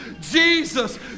Jesus